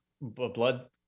blood